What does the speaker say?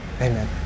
Amen